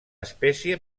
espècie